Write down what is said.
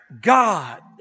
God